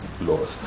laws